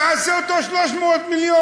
נעשה אותו 300 מיליון.